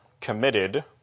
committed